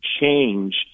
change